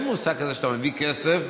אין מושג כזה שאתה מביא כסף